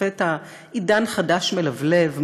לפתע עידן חדש מלבלב,